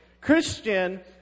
christian